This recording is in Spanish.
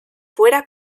fuera